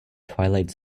twilight